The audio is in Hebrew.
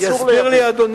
אסור לייבא,